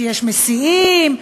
שיש מסיעים,